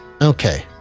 Okay